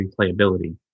replayability